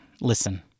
listen